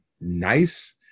nice